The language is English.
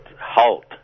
halt